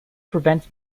prevents